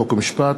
חוק ומשפט,